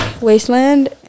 Wasteland